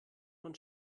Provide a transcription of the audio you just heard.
von